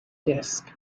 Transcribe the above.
disc